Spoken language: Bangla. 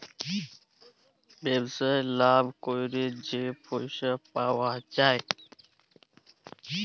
ব্যবসায় লাভ ক্যইরে যে পইসা পাউয়া যায়